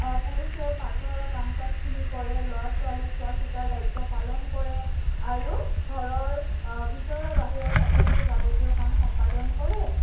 পুৰুষেও পাকঘৰৰ কাম কাজখিনি কৰে ল'ৰা ছোৱালীক চোৱা চিতাৰ দায়িত্ব পালন কৰে আৰু ঘৰৰ ভিতৰৰ বাহিৰৰ সকলো যাৱতীয় কাম সম্পাদন কৰে